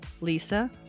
Lisa